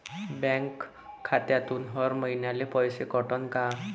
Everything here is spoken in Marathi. बँक खात्यातून हर महिन्याले पैसे कटन का?